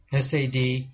SAD